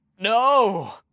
no